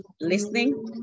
listening